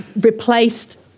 replaced